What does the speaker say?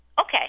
Okay